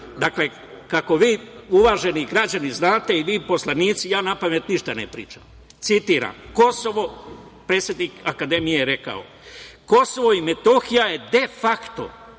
a kako vi uvaženi građani znate i vi poslanici, ja napamet ništa ne pričam. Citiram, predsednik Akademije je rekao - Kosovo i Metohija de fakto